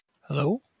Hello